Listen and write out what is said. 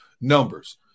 numbers